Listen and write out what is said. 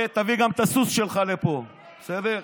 ותביא גם את הסוס שלך לפה, בסדר?